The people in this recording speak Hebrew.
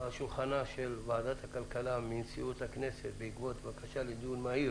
על שולחנה של ועדת הכלכלה מנשיאות הכנסת בעקבות בקשה לדיון מהיר